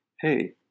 hey